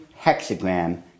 hexagram